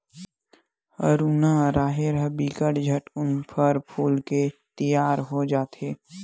हरूना राहेर ह बिकट झटकुन फर फूल के तियार हो जथे